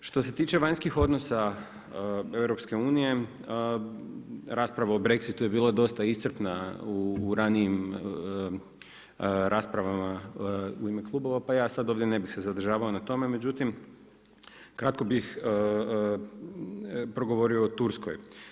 Što se tiče vanjskih odnosa EU-a, rasprava o Brexitu je bila dosta iscrpna u ranijim raspravama u ime klubova, pa ja sad ovdje ne bi se zadržavao na tome, međutim kratko bih progovorio o Turskoj.